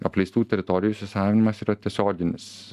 apleistų teritorijų įsisavinimas yra tiesioginis